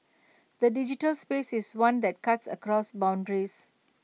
the digital space is one that cuts across boundaries